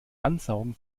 ansaugen